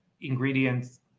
ingredients